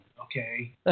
Okay